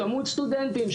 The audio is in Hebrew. כמות סטודנטים.